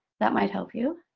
that might help you.